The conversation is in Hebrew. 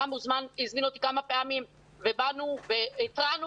רם הזמין אותי כמה פעמים ובאנו והתרענו.